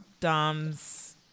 Dom's